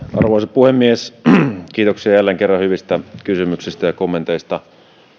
puhemies kiitoksia jälleen kerran hyvistä kysymyksistä ja kommenteista